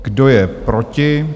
Kdo je proti?